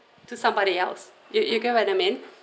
to somebody else you you get what I mean